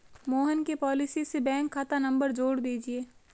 मोहन के पॉलिसी से बैंक खाता नंबर जोड़ दीजिए